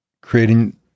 creating